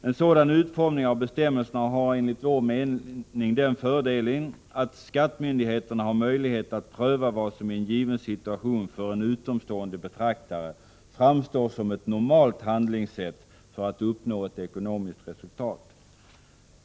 En sådan utformning av bestämmelserna har enligt vår mening den fördelen att skattemyndigheterna har möjlighet att pröva vad som i en given situation för en utomstående betraktare framstår som ett normalt handlingssätt för att uppnå ett ekonomiskt resultat.